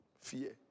Fear